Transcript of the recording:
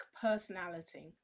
personality